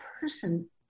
person